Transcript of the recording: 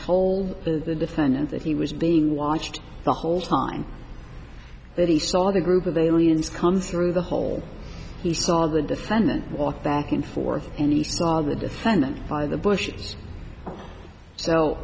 told the defendant that he was being watched the whole time that he saw the group of aliens come through the hole he saw the defendant off back and forth and he saw the defendant by the bushies so